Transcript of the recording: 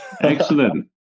Excellent